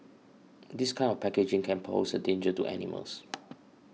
this kind of packaging can pose a danger to animals